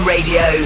Radio